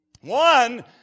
One